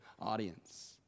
audience